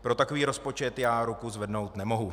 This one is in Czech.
Pro takový rozpočet já ruku zvednout nemohu.